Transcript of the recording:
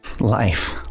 life